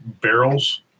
barrels